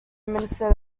administer